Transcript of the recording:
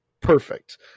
Perfect